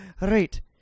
right